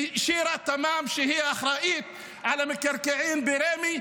ושירה תם, שהיא אחראית למקרקעין ברמ"י,